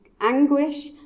anguish